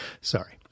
Sorry